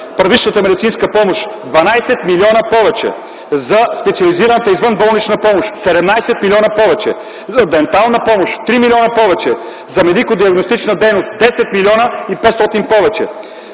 първичната медицинска помощ са с 12 млн.лв повече, за специализираната извънболнична помощ – 17 млн.лв повече, за дентална помощ – 3 млн.лв повече, за медико-диагностична дейност – 10 млн. 500 хил. лв повече.